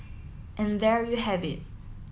and there you have it